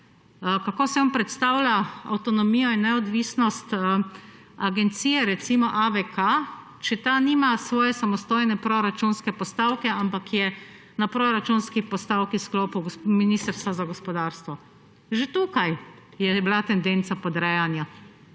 kako si on predstavlja avtonomijo in neodvisnost agencije, recimo AVK, če ta nima svoje samostojne proračunske postavke, ampak je na proračunski postavki v sklopu Ministrstva za gospodarstvo. Že tukaj je bila tendenca podrejanja,